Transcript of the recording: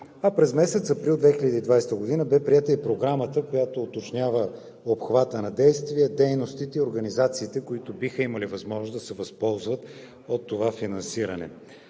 А през месец април 2020 г. бе приета и Програмата, която уточнява и обхвата на действие, дейностите и организациите, които биха имали възможност да се възползват от това финансиране.